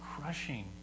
crushing